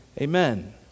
Amen